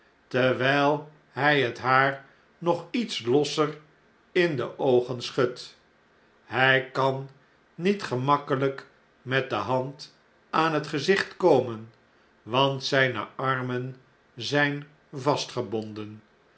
terwjjl hy het haar nog iets losser in de oogen schudt hij kan niet gemakkelijk met de hand aan het gezicht komen want z jne armen zjjn